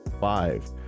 five